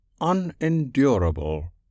unendurable